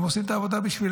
הם עשו את העבודה בשבילנו.